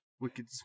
Wicked